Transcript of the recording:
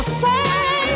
say